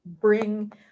bring